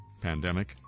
pandemic